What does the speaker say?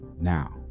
Now